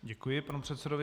Děkuji panu předsedovi.